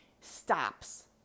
stops